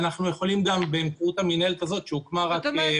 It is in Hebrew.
כלומר,